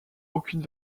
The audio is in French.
aucune